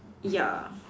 ya